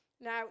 Now